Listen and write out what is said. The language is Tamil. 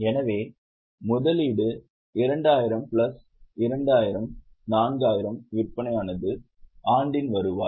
எனவே முதலீடு 2000 பிளஸ் 2000 4000 விற்பனையானது ஆண்டின் வருவாய்